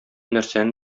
нәрсәне